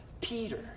Peter